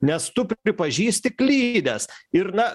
nes tu pripažįsti klydęs ir na